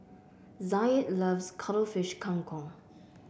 Zaid loves Cuttlefish Kang Kong